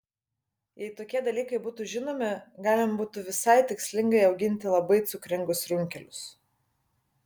jei tokie dalykai būtų žinomi galima būtų visai tikslingai auginti labai cukringus runkelius